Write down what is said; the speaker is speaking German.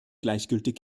gleichgültig